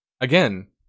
again